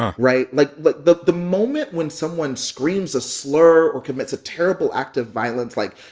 um right? like, but the the moment when someone screams a slur or commits a terrible act of violence, like,